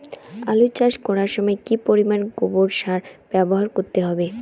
আলু চাষ করার সময় কি পরিমাণ গোবর সার ব্যবহার করতে হবে?